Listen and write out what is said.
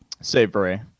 savory